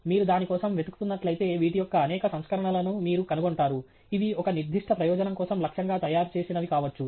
మీరు దాని కోసం వెతుకుతున్నట్లయితే వీటి యొక్క అనేక సంస్కరణలను మీరు కనుగొంటారు ఇవి ఒక నిర్దిష్ట ప్రయోజనం కోసం లక్ష్యంగా తాయారు చేసినవి కావచ్చు